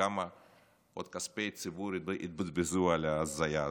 כמה עוד כספי ציבור יתבזבזו על ההזיה הזאת?